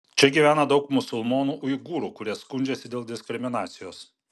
čia gyvena daug musulmonų uigūrų kurie skundžiasi dėl diskriminacijos